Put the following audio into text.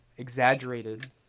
exaggerated